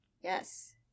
Yes